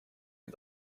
you